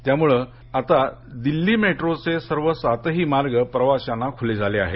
त्यामुळ आता दिल्ली मेट्रोचे सर्व सातही मार्ग प्रवाशांना खुले झाले आहेत